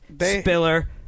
Spiller